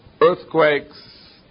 earthquakes